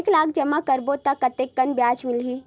एक लाख जमा करबो त कतेकन ब्याज मिलही?